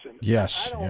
Yes